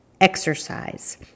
exercise